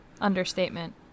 Understatement